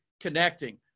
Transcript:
connecting